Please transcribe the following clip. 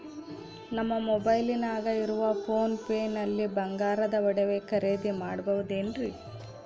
ನಮ್ಮ ಮೊಬೈಲಿನಾಗ ಇರುವ ಪೋನ್ ಪೇ ನಲ್ಲಿ ಬಂಗಾರದ ಒಡವೆ ಖರೇದಿ ಮಾಡಬಹುದೇನ್ರಿ?